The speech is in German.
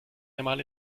einmal